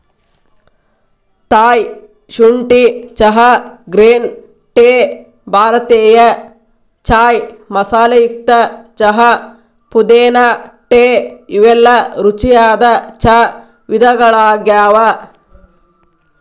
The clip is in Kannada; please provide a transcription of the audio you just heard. ಥಾಯ್ ಶುಂಠಿ ಚಹಾ, ಗ್ರೇನ್ ಟೇ, ಭಾರತೇಯ ಚಾಯ್ ಮಸಾಲೆಯುಕ್ತ ಚಹಾ, ಪುದೇನಾ ಟೇ ಇವೆಲ್ಲ ರುಚಿಯಾದ ಚಾ ವಿಧಗಳಗ್ಯಾವ